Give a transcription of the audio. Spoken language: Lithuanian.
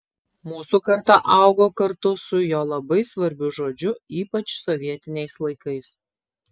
mūsų karta augo kartu su jo labai svarbiu žodžiu ypač sovietiniais laikais